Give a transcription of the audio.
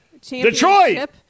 Detroit